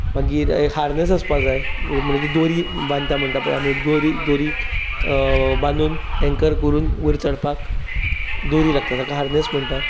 मागीर हार्नस आसपाक जाय म्हणल्यार ती दोरी बांदता म्हणटा पय आमी दोरी बांदून एंकर करून वयर चडपाक दोरी लागता ताका हार्नस म्हणटात